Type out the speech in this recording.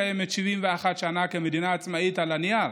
קיימת 71 שנה כמדינה עצמאית על הנייר,